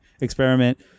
experiment